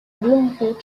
bloomfield